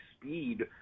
speed